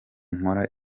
nkora